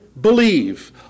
believe